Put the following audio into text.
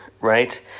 right